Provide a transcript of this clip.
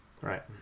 Right